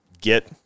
get